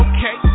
Okay